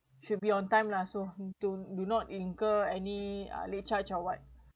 should be on time lah so don't do not incur any uh late charge or what